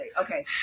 Okay